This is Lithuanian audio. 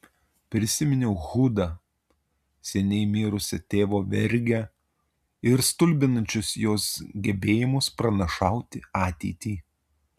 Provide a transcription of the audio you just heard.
prisiminiau hudą seniai mirusią tėvo vergę ir stulbinančius jos gebėjimus pranašauti ateitį